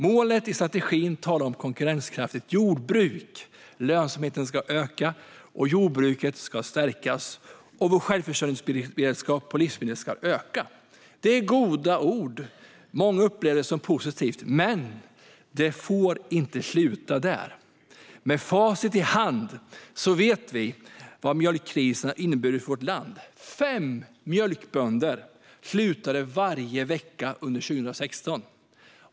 Målen i strategin talar om att vi ska ha ett konkurrenskraftigt jordbruk, om att lönsamheten ska öka, om att jordbruket ska stärkas och om att vår självförsörjningsberedskap när det gäller livsmedel ska öka. Det är goda ord; många upplever det som positivt. Men det får inte sluta där. Med facit i hand vet vi vad mjölkkrisen har inneburit för vårt land. Fem mjölkbönder slutade varje vecka under 2016.